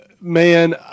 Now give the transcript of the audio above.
man